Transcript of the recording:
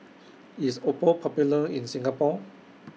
IS Oppo Popular in Singapore